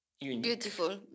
beautiful